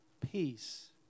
peace